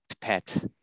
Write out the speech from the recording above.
pet